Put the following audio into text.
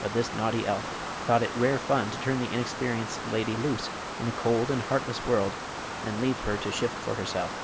but this naughty elf thought it rare fun to turn the inexperienced lady loose in a cold and heartless world and leave her to shift for herself.